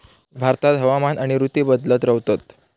भारतात हवामान आणि ऋतू बदलत रव्हतत